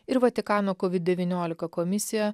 ir vatikano covid devyniolika komisija